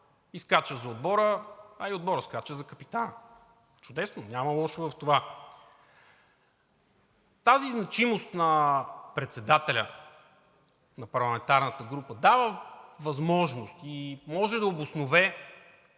и скача за отбора, а и отборът скача за капитана. Чудесно, няма лошо в това! Тази значимост на председателя на парламентарната група дава възможност и може да обоснове